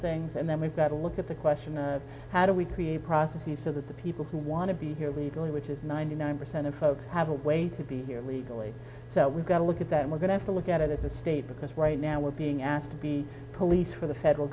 things and then we've got to look at the question of how do we create a process the so that the people who want to be here legally which is ninety nine percent of folks have a way to be here leave really so we've got to look at that we're going to look at it as a state because right now we're being asked to be police for the federal